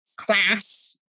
class